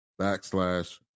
backslash